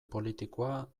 politikoa